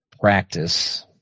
practice